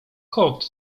kot